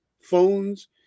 phones